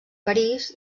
parís